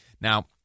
Now